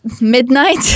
midnight